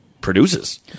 produces